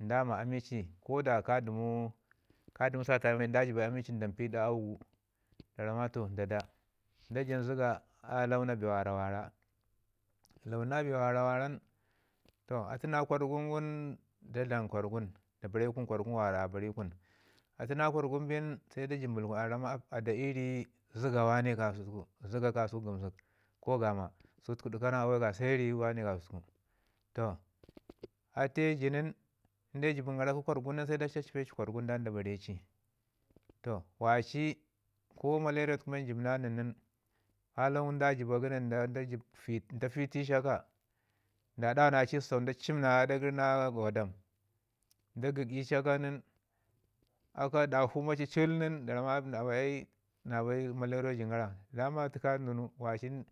nda ma ami li koda ka dəmu ka dumu ka dəmu ka dumu sata ami ci da jibayi ami li nda mpi ii ɗa auu gu da ramma toh da da. Da jin zəga u lawan bee mi wara wara launina be mi wara waran to atu na kwargungun da bari kun atu na kwargun bin se da jimbili kun da ramma a da i ri zəga kasau gəmsək ko gama sutuku ɗikana awayu ga se ri wane kasau. Toh atu ye ju nin in Jibin gara kə kwargun nin se nda cacpe ci kwargun da bare ci. Toh waci ko maleriya tuku jibna nən nin ka lawan gu nda jiba kə nin da fe ta feri ci aka, nda dawa na aci səsau nda jimina aɗa yərina gwadam nda gəgɗi ci aka nin dafau ma ci cil nin da ramma na bai na bai maleriyau jin gara. Maman atu bee ka dunutun